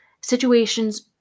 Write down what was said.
Situations